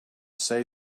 say